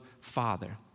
father